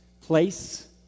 place